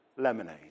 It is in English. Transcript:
lemonade